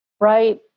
right